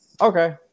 okay